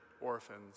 orphans